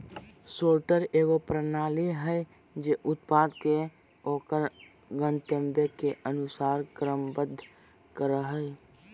sorter एगो प्रणाली हइ जे उत्पाद के ओकर गंतव्य के अनुसार क्रमबद्ध करय हइ